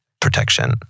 protection